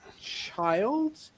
child